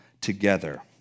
together